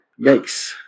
Yikes